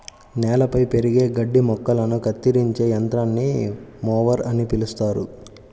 నేలపై పెరిగే గడ్డి మొక్కలను కత్తిరించే యంత్రాన్ని మొవర్ అని పిలుస్తారు